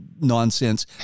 nonsense